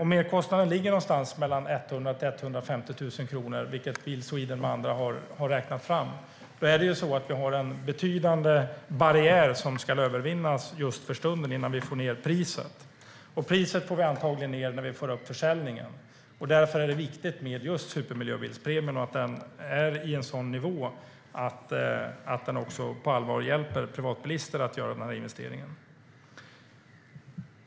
Merkostnaden ligger någonstans mellan 100 000 och 150 000 kronor, vilket Bil Sweden med flera har räknat fram. Det är en betydande barriär som ska övervinnas just för stunden innan vi får ned priset, och priset får vi antagligen ned när vi får upp försäljningen. Därför är det viktigt med just supermiljöbilspremien och att den är på en sådan nivå att den också på allvar hjälper privatbilister att göra denna investering.